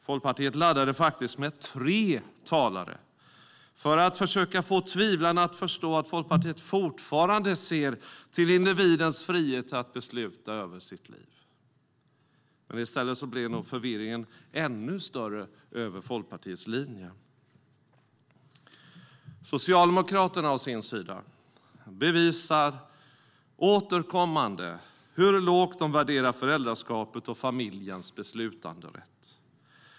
Folkpartiet laddade faktiskt med tre talare för att försöka få tvivlarna att förstå att Folkpartiet fortfarande ser till individens frihet att besluta över sitt liv. Men i stället blev nog förvirringen över Folkpartiets linje ännu större. Socialdemokraterna å sin sida bevisar återkommande hur lågt de värderar föräldraskapet och familjens beslutanderätt.